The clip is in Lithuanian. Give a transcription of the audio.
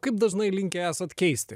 kaip dažnai linkę esat keisti